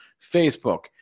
Facebook